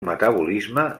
metabolisme